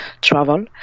travel